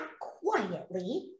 quietly